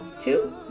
Two